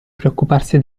preoccuparsi